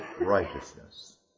righteousness